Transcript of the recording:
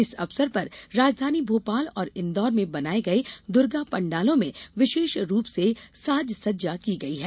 इस अवसर पर राजधानी भोपाल और इन्दौर में में बनाये गये दुर्गा पंडलों में विशेष रूप से साज सज्जा की गई है